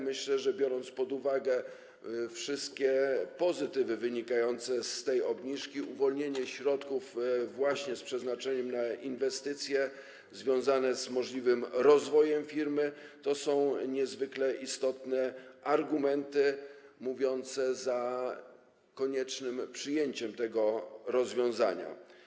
Myślę, biorąc pod uwagę wszystkie pozytywy wynikające z tej obniżki, że uwolnienie środków z przeznaczeniem na inwestycje związane z możliwym rozwojem firmy to niezwykle istotny argument przemawiający za koniecznością przyjęcia tego rozwiązania.